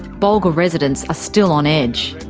bulga residents are still on edge.